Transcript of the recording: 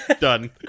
done